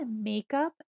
makeup